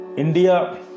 India